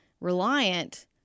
Reliant –